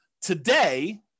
Today